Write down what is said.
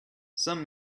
some